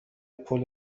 پول